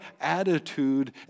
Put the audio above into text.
attitude